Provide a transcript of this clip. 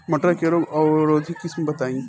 मटर के रोग अवरोधी किस्म बताई?